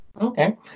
Okay